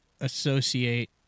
associate